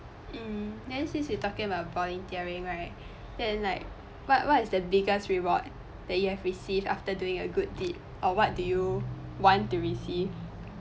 mm then since we talking about volunteering right then like what what is the biggest reward that you have received after doing a good deed or what do you want to receive